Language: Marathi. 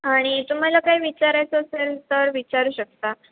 आणि तुम्हाला काही विचारायचं असेल तर विचारू शकता